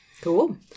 Cool